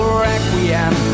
requiem